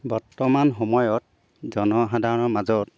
বৰ্তমান সময়ত জনসাধাৰণৰ মাজত